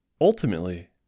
ultimately